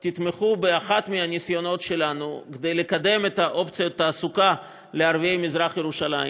תתמכו באחד הניסיונות שלנו לקדם אופציית תעסוקה לערביי מזרח-ירושלים